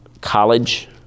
College